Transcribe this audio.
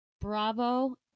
Bravo